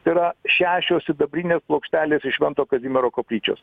tai yra šešios sidabrinės plokštelės iš švento kazimiero koplyčios